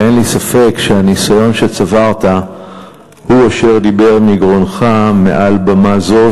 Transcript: אין לי ספק שהניסיון שצברת הוא אשר דיבר מגרונך מעל במה זו,